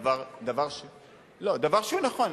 דבר שהוא נכון.